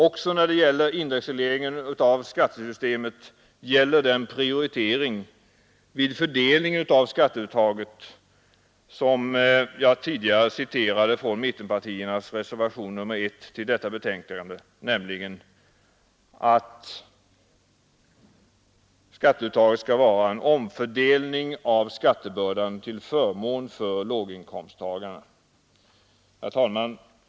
Också när det gäller en indexreglering av skattesystemet bör prioriteringen vid fördelningen av skatteuttaget vara den som jag tidigare citerade ur mittenpartiernas reservation nr 1 till detta betänkande: skatteuttaget skall innebära en omfördelning av skattebördan till förmån för låginkomsttagarna. Herr talman!